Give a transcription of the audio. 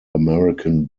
american